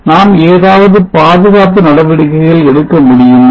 நாம் ஏதாவது பாதுகாப்பு நடவடிக்கைகள் எடுக்க முடியுமா